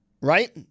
right